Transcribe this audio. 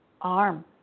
arm